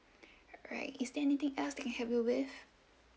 alright is there anything else that I can help you with